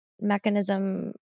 mechanism